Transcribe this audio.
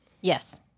Yes